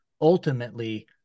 ultimately